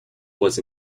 was